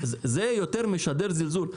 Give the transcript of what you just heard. זה יותר משדר זלזול.